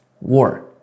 war